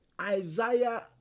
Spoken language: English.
Isaiah